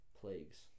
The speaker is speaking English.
plagues